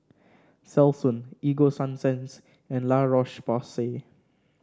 Selsun Ego Sunsense and La Roche Porsay